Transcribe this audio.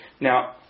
Now